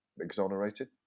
exonerated